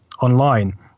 online